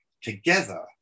together